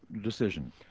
decision